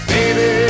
Baby